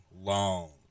long